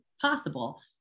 possible